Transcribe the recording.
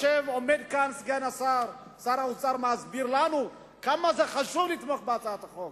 עומד כאן סגן שר האוצר ומסביר לנו כמה זה חשוב לתמוך בהצעת החוק.